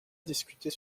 discuter